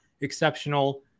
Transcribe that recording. exceptional